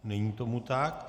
Není tomu tak.